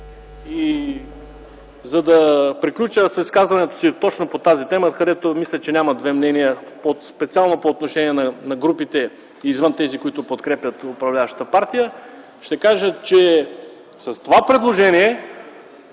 За да приключа с изказването си точно по тази тема, където мисля, че няма две мнения специално по отношение на групите извън тези, които подкрепят управляващата партия, ще кажа, че с това предложение